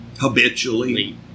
Habitually